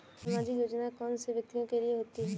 सामाजिक योजना कौन से व्यक्तियों के लिए होती है?